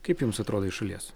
kaip jums atrodo iš šalies